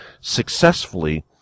successfully